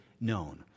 known